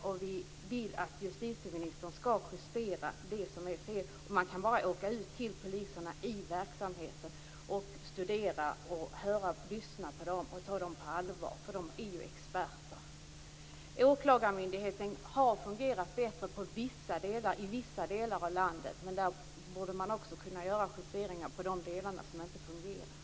Vi vill att justitieministern justerar det som är fel. Man kan bara åka ut till poliserna i verksamheten, studera situationen, lyssna på dem och ta dem på allvar. De är ju experter. Åklagarmyndigheterna har fungerat bättre i vissa delar av landet. Också där borde man kunna göra justeringar när det gäller de delar som inte fungerar.